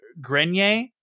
Grenier